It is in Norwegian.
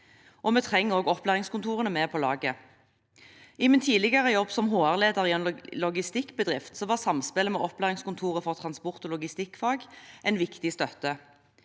Vi trenger også opplæringskontorene med på laget. I min tidligere jobb som HR-leder i en logistikkbedrift var samspillet med Opplæringskontoret for transport- og logistikkfag en viktig støtte.